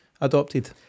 adopted